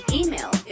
email